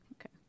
okay